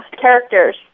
characters